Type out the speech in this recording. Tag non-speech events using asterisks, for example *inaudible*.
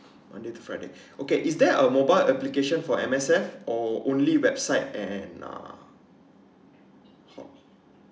monday to friday *breath* okay is there a mobile application for M_S_F or only website and uh hot~